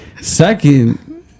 Second